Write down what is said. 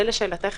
זה לשאלתך